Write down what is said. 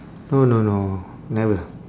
no no no never